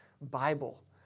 Bible